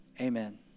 Amen